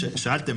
שאלתם,